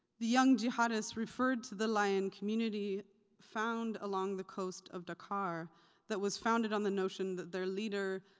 the young jihadist referred to the layene community found along the coast of dakkar that was founded on the notion that their leader,